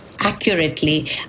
accurately